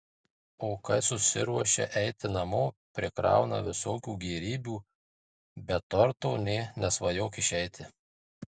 o kai susiruošia eiti namo prikrauna visokių gėrybių be torto nė nesvajok išeiti